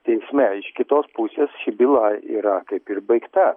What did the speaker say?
teisme iš kitos pusės ši byla yra kaip ir baigta